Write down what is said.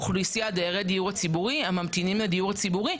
אוכלוסיית דיירי הדיור הציבורי הממתינים לדיור הציבורי,